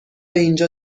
اینجا